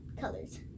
colors